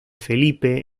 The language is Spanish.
felipe